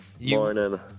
Morning